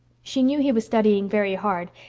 she knew he was studying very hard,